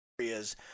areas